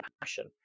passion